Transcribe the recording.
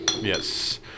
Yes